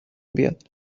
بیاد